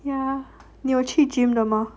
ya 你有去 gym 的吗